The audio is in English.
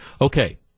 Okay